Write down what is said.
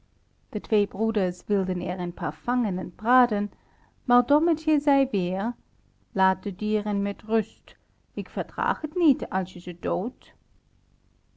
de twee broeders wilden er een paar vangen en braden maar dommertje zei weêr laat de dieren met rust ik verdraag het niet als je ze doodt